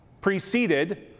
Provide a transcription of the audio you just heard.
preceded